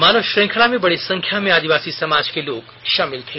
मानव श्रेखला में बडी संख्या में आदिवासी समाज के लोग शामिल थे